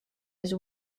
his